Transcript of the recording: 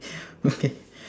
okay